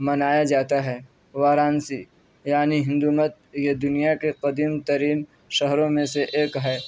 منایا جاتا ہے ورانسی یعنی ہندومت یہ دنیا کے قدیم ترین شہروں میں سے ایک ہے